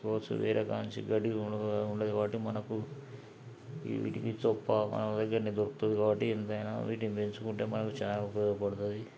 తీసుకోవచ్చు వేరేకాడి నుంచి గడ్డి ఉండదు కాబట్టి మనకు వీటిని దొరుకుతుంది కాబట్టి ఎంతైనా వీటిని పెంచుకుంటే మనకు చాలా ఉపయోగపడుతుంది